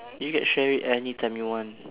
you can share it anytime you want